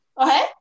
okay